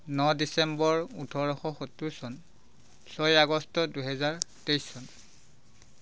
ন ডিচেম্বৰ ওঠৰশ সত্তৰ চন ছয় আগষ্ট দুহেজাৰ তেইছ চন